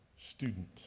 student